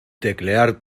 teclear